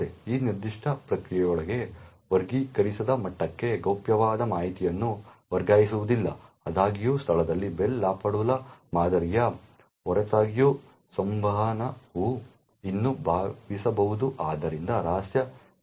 ಈ ನಿರ್ದಿಷ್ಟ ಪ್ರಕ್ರಿಯೆಯೊಳಗೆ ವರ್ಗೀಕರಿಸದ ಮಟ್ಟಕ್ಕೆ ಗೌಪ್ಯವಾದ ಮಾಹಿತಿಯನ್ನು ವರ್ಗಾಯಿಸುವುದಿಲ್ಲ ಆದಾಗ್ಯೂ ಸ್ಥಳದಲ್ಲಿ ಬೆಲ್ ಲಾಪಾಡುಲಾ ಮಾದರಿಯ ಹೊರತಾಗಿಯೂ ಸಂವಹನವು ಇನ್ನೂ ಸಂಭವಿಸಬಹುದು ಆದ್ದರಿಂದ ರಹಸ್ಯ ಚಾನಲ್ಗಳು ಎಂದು ಕರೆಯಲ್ಪಡುತ್ತವೆ